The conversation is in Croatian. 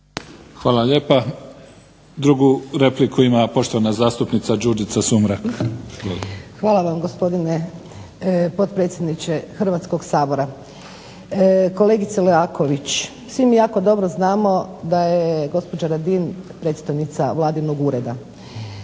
Hvala lijepa. Drugu repliku ima poštovana zastupnica Đurđica Sumrak. **Sumrak, Đurđica (HDZ)** Hvala vam gospodine potpredsjedniče Hrvatskoga sabora. Kolegice Leaković svi mi jako dobro znamo da je gospođa Radin predstojnica Vladinog ureda.